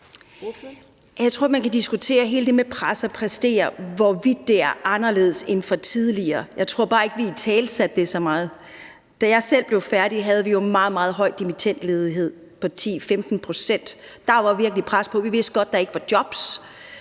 det med at være presset og at skulle præstere, hvorvidt det er anderledes end i forhold til tidligere. Jeg tror bare ikke, vi har italesat det så meget. Da jeg selv blev færdig, havde vi jo en meget, meget høj dimittendledighed – den var på 10-15 pct. Der var virkelig pres på; vi vidste godt, at der ikke var jobs,